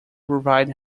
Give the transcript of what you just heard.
provide